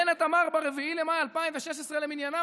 בנט אמר ב-4 במאי 2016 למניינם,